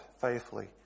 faithfully